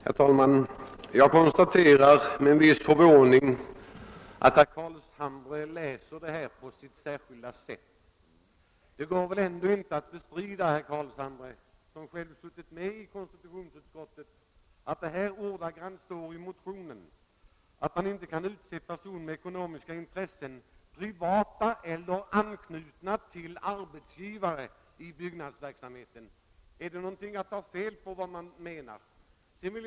Herr talman! Jag konstaterar med en viss förvåning att herr Carlshamre tycks läsa utlåtandet på sitt särskilda sätt. Det går väl ändå inte att bestrida att det i motionen sägs att »till ledamot i byggnadsnämnd eller fastighetsnämnd icke kan utses person med ekonomiska intressen, privata eller anknytna till arbetsgivare, i byggnadsverksamheten». Kan det vara att ta fel på vad man menar med det?